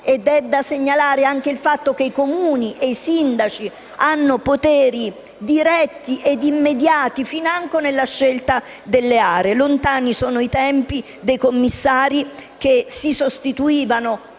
È da segnalare anche il fatto che i Comuni e i sindaci hanno poteri diretti e immediati, financo nella scelta delle aree: lontani sono i tempi dei commissari che si sostituivano